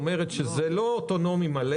כלומר זה לא אוטונומי מלא,